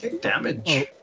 damage